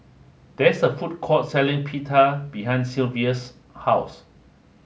there is a food court selling Pita behind Sylva's house